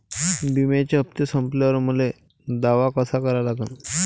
बिम्याचे हप्ते संपल्यावर मले दावा कसा करा लागन?